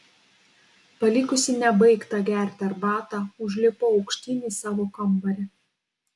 palikusi nebaigtą gerti arbatą užlipau aukštyn į savo kambarį